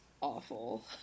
Awful